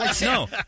No